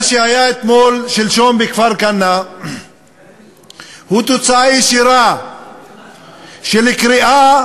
מה שהיה שלשום בכפר-כנא הוא תוצאה ישירה של קריאה